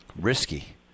Risky